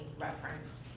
reference